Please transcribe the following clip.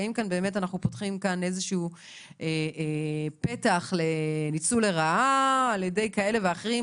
האם אנחנו פותחים כאן איזשהו פתח לניצול לרעה על ידי כאלה ואחרים,